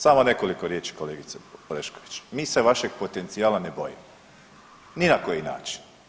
Samo nekoliko riječi kolegice Orešković, mi se vašeg potencijala ne bojimo ni na koji način.